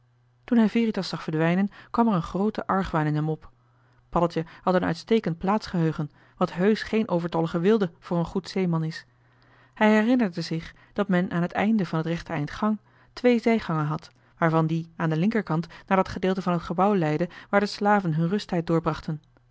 toen hij veritas zag verdwijnen kwam er een groote argwaan in hem op paddeltje had een uitstekend plaatsgeheugen wat heusch geen overtollige weelde voor een goed zeeman is hij herinnerde zich dat men aan het einde van het rechte eind gang twee zijgangen had waarvan die aan den linkerkant naar dat gedeelte van het gebouw leidde waar de slaven hun